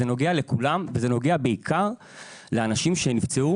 זה נוגע לכולם, וזה נוגע בעיקר לאנשים שנפצעו